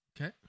okay